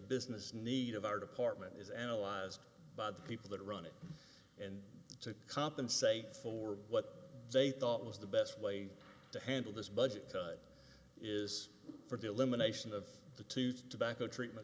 business need of our department is analyzed by the people that run it and to compensate for what they thought was the best way to handle this budget cut is for delimitation of the tooth tobacco treatment